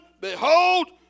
behold